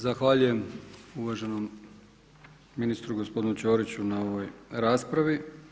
Zahvaljujem uvaženom ministru gospodinu Ćoriću na ovoj raspravi.